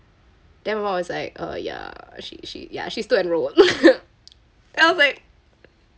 then my mum was like uh ya she she ya she still enrolled then I was like